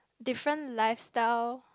different lifestyle